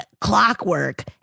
clockwork